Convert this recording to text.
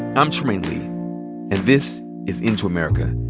i'm trymaine lee, and this is into america.